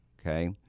okay